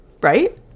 right